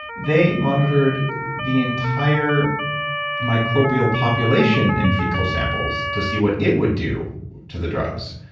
they monitored the entire microbial population in fecal samples to see what it would do to the drugs.